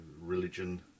religion